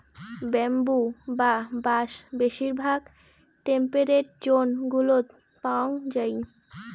bamboo বা বাঁশ বেশিরভাগ টেম্পেরেট জোন গুলোত পাওয়াঙ যাই